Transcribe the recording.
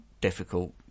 difficult